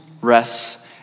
rests